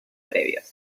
previos